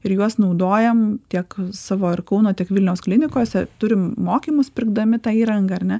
ir juos naudojam tiek savo ir kauno tiek vilniaus klinikose turim mokymus pirkdami tą įrangą ar ne